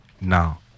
now